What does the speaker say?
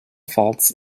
faults